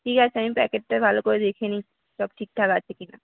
ঠিক আছে আমি প্যাকেটটা ভালো করে দেখে নিচ্ছি সব ঠিক ঠাক আছে কি না